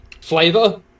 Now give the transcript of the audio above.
flavor